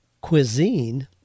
cuisine